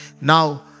Now